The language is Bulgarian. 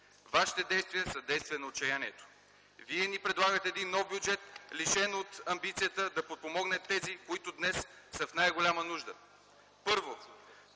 Вашите действия са действия на отчаянието. Вие ни предлагате един нов бюджет лишен от амбицията да подпомогне тези, които днес са в най-голяма нужда. Първо,